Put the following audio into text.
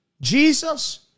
Jesus